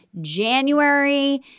January –